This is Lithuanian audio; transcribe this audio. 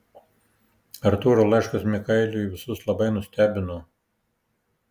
artūro laiškas mikaeliui visus labai nustebino